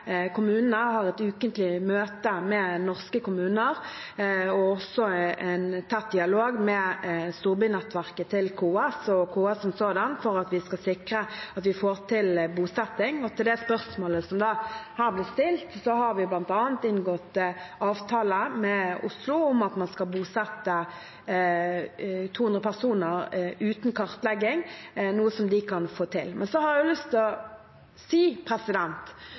kommunene og har et ukentlig møte med norske kommuner. Jeg har også en tett dialog med storbynettverket til KS og med KS som sådan for at vi skal sikre at vi får til bosetting. Og til det spørsmålet som har blitt stilt, så har vi bl.a. inngått avtale med Oslo om at man skal bosette 200 personer uten kartlegging, noe som de kan få til. Så har jeg lyst til å si